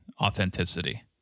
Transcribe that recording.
authenticity